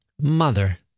Mother